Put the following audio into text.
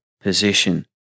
position